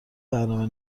برنامه